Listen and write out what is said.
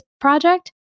project